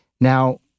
Now